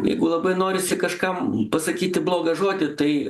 jeigu labai norisi kažkam pasakyti blogą žodį tai